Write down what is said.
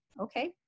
Okay